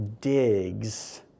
digs